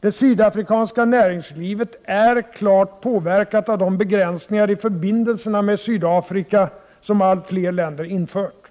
Det sydafrikanska näringslivet är klart påverkat av de begränsningar i förbindelserna med Sydafrika som allt flera länder infört.